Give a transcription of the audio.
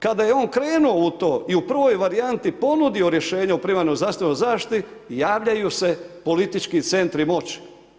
Kada je on krenuo u to i u prvoj varijanti ponudio rješenje o primarnoj zdravstvenoj zaštiti javljaju se politički centri moći.